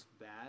bad